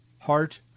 heart